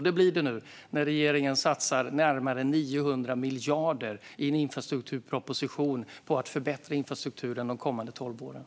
Det blir det nu när regeringen satsar närmare 900 miljarder i en infrastrukturproposition på att förbättra infrastrukturen de kommande tolv åren.